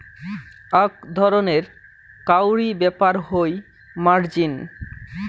আক ধরণের কাউরী ব্যাপার হই মার্জিন